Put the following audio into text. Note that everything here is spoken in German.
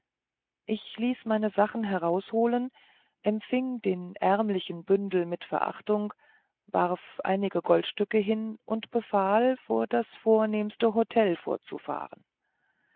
ich ließ mir meine sachen herabholen empfing den ärmlichen bündel mit verachtung warf einige goldstücke hin und befahl vor das vornehmste hotel vorzufahren